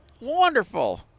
Wonderful